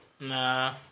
Nah